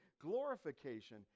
glorification